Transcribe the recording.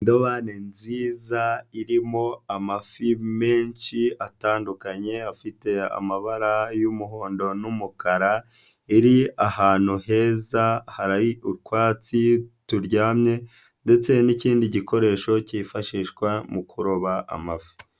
Indobani nziza, irimo amafi menshi atandukanye afite amabara y'umuhondo n'umukara, iri ahantu heza hari utwatsi turyamye ndetse hari n'ikindi gikoresho cyifashishwa mu kuroba amafi.